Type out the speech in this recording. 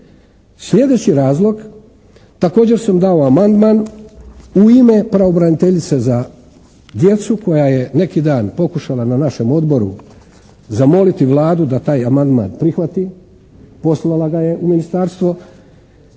Sljedeći razlog također sam dao amandman u ime pravobraniteljice za djecu koja je neki dan pokušala na našem odboru zamoliti Vladu da taj amandman prihvati, poslala ga je u ministarstvo,